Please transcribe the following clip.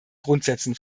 grundsätzen